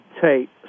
tape